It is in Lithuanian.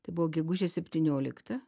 tai buvo gegužės septyniolikta